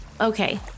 Okay